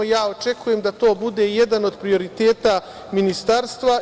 Ja očekujem da to bude jedan od prioriteta Ministarstva.